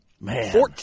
Man